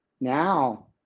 Now